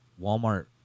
walmart